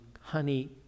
honey